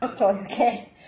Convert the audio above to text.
okay